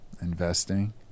investing